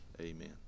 Amen